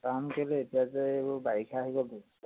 কাম কেলৈ এতিয়া যে এইবোৰ বাৰিষা আহি গ'ল